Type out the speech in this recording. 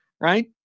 Right